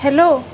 hello